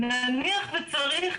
נניח וצריך